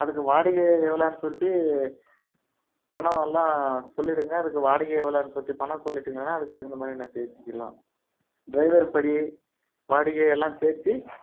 அதுக்கு வாடகை எவ்வளோன்னு சொல்லிட்டு பணம் எல்லாம் சொல்லிவிடுங்க அதுக்கு வாடகை எவ்வளோன்னு சொல்லிட்டு பணம் சொல்லிட்டிங்கன்னால் அதுக்கு தகுந்த மாதிரி வேணால் பேசிக்கலாம் ட்ரைவர் படி வாடகை எல்லாம் சேர்த்தி